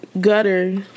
gutter